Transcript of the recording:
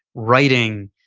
writing,